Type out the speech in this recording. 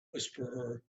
whisperer